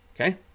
Okay